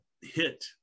hit